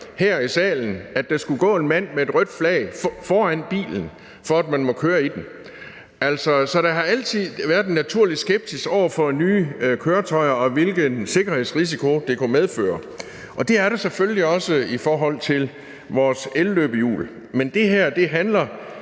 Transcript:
her i salen, nemlig at der skulle gå en mand med et rødt flag foran bilen, for at man måtte køre i den. Så der har altid været en naturlig skepsis over for nye køretøjer, og hvilken sikkerhedsrisiko det kunne medføre, og det er der selvfølgelig også i forhold til vores elløbehjul. Men det her handler